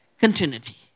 continuity